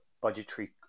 budgetary